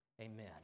Amen